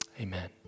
amen